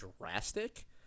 drastic